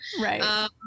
Right